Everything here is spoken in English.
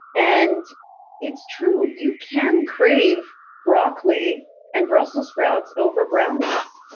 and it's true. you can crave broccoli and brussels sprouts over brownies.